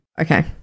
Okay